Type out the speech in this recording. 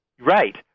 Right